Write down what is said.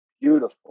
beautiful